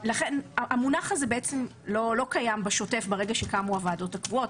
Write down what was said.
המונח הזה לא קיים בשוטף ברגע שקמו הוועדות הקבועות,